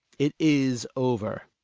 it is over.